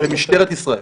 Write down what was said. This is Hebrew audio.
במשטרת ישראל.